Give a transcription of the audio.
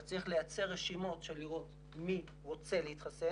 אתה צריך לייצר רשימות בשביל לראות מי רוצה להתחסן,